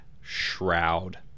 shroud